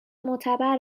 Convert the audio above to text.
معتبر